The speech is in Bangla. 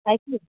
তাই কি